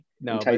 no